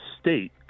state